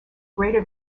greater